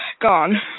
gone